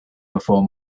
before